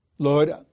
Lord